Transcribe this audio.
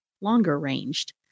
longer-ranged